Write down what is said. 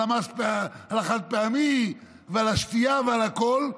על החד-פעמי ועל המשקאות ועל הכול,